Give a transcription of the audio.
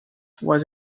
was